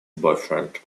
boyfriend